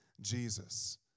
Jesus